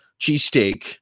cheesesteak